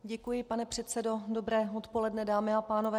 Děkuji, pane předsedo, dobré odpoledne, dámy a pánové.